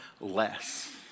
less